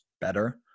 better